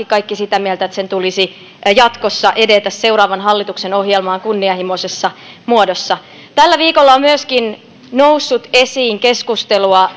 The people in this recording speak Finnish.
kaikki sitä mieltä että sen tulisi jatkossa edetä seuraavan hallituksen ohjelmaan kunnianhimoisessa muodossa tällä viikolla on myöskin noussut esiin keskustelua